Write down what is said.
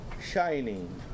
shining